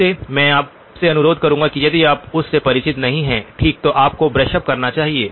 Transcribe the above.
फिर से मैं आपसे अनुरोध करूंगा कि यदि आप उस से परिचित नहीं हैं ठीक तो उसको ब्रश उप करना चाहिए